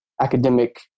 academic